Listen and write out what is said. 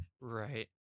right